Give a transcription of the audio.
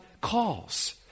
calls